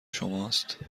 شماست